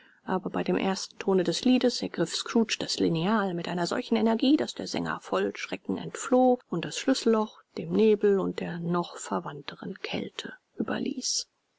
aber bei dem ersten tone des liedes ergriff scrooge das lineal mit einer solchen energie daß der sänger voll schrecken entfloh und das schlüsselloch dem nebel und der noch verwandteren kälte überließ